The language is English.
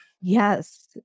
Yes